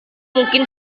mungkin